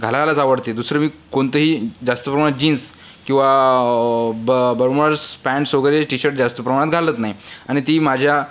घालायलाच आवडते दुसरं मी कोणतेही जास्त प्रमाणात जीन्स किंवा ब बर्मोडा पँट्स वगैरे टी शर्ट जास्त प्रमाणात घालत नाही आणि ती माझ्या